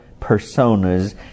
personas